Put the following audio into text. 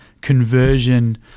conversion